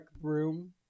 broom